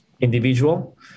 individual